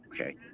Okay